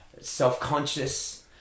self-conscious